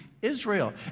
Israel